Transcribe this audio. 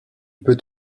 peut